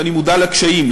ואני מודע לקשיים,